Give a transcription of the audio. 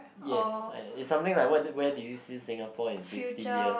yes is something like what where do you see Singapore in fifty years